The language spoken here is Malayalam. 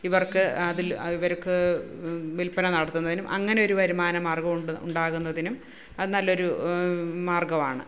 ഇവര്ക്ക് അതില് ഇവർക്ക് വില്പ്പന നടത്തുന്നതിനും അങ്ങനൊരു വരുമാന മാര്ഗം ഉണ്ട് ഉണ്ടാകുന്നതിനും അത് നല്ലൊരു മാര്ഗം ആണ്